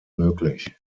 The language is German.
möglich